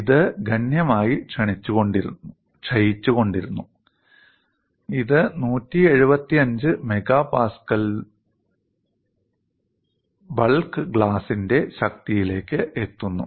ഇത് ഗണ്യമായി ക്ഷയിച്ചുകൊണ്ടിരുന്നു ഇത് 175 MPa യുടെ ബൾക്ക് ഗ്ലാസിന്റെ ശക്തിയിലേക്ക് എത്തുന്നു